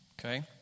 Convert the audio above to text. Okay